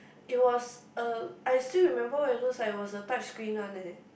it was a I still remember what it looks like it was a touch screen one eh